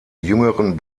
jüngeren